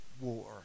war